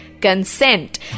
consent